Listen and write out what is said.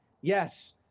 yes